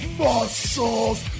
muscles